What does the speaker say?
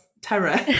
terror